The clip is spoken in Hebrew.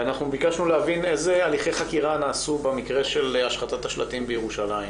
רצינו להבין איזה הליכי חקירה נעשו בהקשר של השחתת השלטים בירושלים,